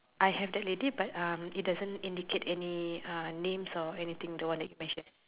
I have the lady but um it doesn't indicate any uh names or anything the one that you mentioned